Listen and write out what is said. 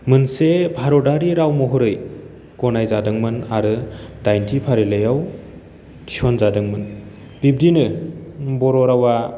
मोनसे भारतारि राव महरै गनाय जादोंमोन आरो दाइनथि फारिलाइयाव थिसनजादोंमोन बिब्दिनो बर' रावा